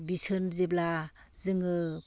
bison जेब्ला जोङो